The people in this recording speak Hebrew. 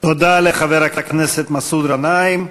תודה לחבר הכנסת מסעוד גנאים.